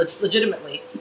Legitimately